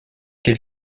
qu’il